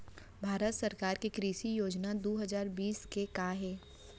भारत सरकार के कृषि योजनाएं दो हजार बीस के का हे?